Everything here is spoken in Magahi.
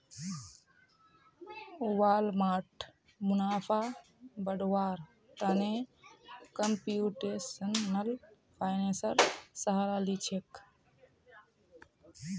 वालमार्ट मुनाफा बढ़व्वार त न कंप्यूटेशनल फाइनेंसेर सहारा ली छेक